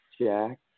Jack